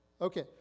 Okay